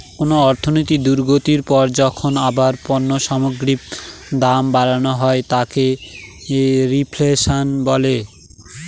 কোন অর্থনৈতিক দুর্গতির পর যখন আবার পণ্য সামগ্রীর দাম বাড়ানো হয় তাকে রেফ্ল্যাশন বলে